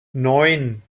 neun